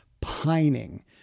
pining